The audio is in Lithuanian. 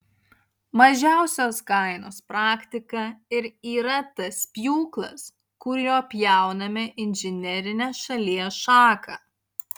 mažiausios kainos praktika ir yra tas pjūklas kuriuo pjauname inžinerinę šalies šaką